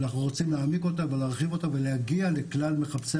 אנחנו רוצים להעמיק אותה ולהגיע לכלל מחפשי